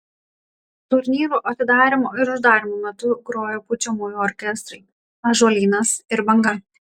turnyro atidarymo ir uždarymo metu grojo pučiamųjų orkestrai ąžuolynas ir banga